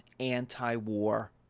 anti-war